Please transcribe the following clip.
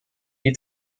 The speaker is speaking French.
est